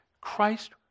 Christ